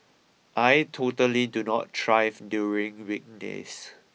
I totally do not drive during weekdays